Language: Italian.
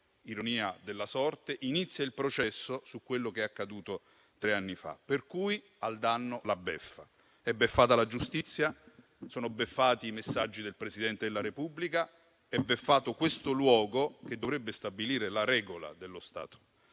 ironia della sorte, inizia il processo su quello che è accaduto tre anni fa, per cui al danno la beffa: è beffata la giustizia, sono beffati i messaggi del Presidente della Repubblica, è beffato questo luogo che dovrebbe stabilire la regola dello Stato,